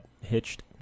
hitched